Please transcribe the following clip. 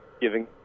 giving